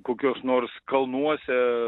kokios nors kalnuose